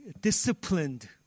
disciplined